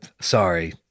sorry